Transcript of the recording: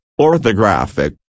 orthographic